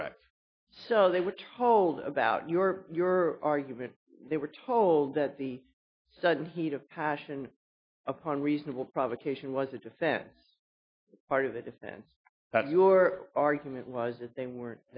correct so they were told about your argument they were told that the sudden heat of passion upon reasonable provocation was a defense part of the defense that your argument was that they weren't